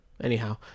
anyhow